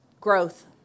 growth